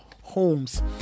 homes